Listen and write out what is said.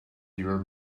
your